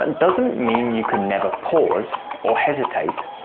and doesn't mean you can never pause or hesitate,